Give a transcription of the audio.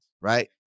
Right